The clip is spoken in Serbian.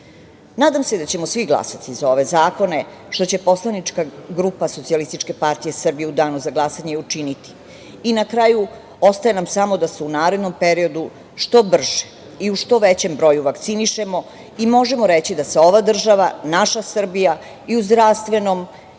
se da ćemo svi glasati za ovaj zakone, što će poslanička grupa SPS u danu za glasanje i učiniti. Na kraju, ostaje nam samo da se u narednom periodu što brže i u što većem broju vakcinišemo i možemo reći da se ova država, naša Srbija, i u zdravstvenom